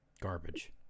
garbage